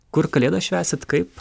kur kalėdas švęsit kaip